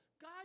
God